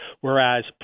whereas